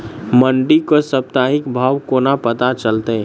मंडी केँ साप्ताहिक भाव कोना पत्ता चलतै?